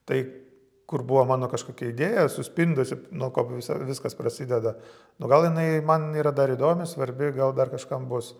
tai kur buvo mano kažkokia idėja suspindusi nuo ko visa viskas prasideda nu gal jinai man yra dar įdomi svarbi gal dar kažkam bus